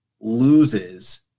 loses